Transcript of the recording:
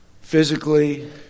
physically